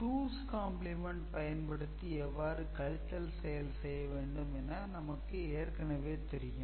"2's compliment" பயன்படுத்தி எவ்வாறு கழித்தல் செய்ய வேண்டும் என நமக்கு ஏற்கனவே தெரியும்